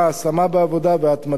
ההשמה בעבודה וההתמדה.